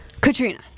Katrina